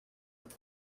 with